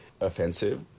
offensive